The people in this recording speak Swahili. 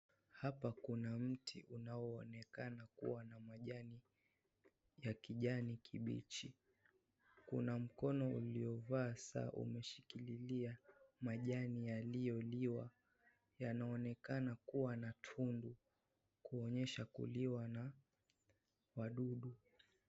Hapa kuna mti unaoonekana kuwa na majani ya kijani kibichi, kuna mkono uliovaa saa umeshikililia majani yaliyoliwa, yanaonekana kuwa na tundu kuonyesha kuliwa na wadudu.